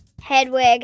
hedwig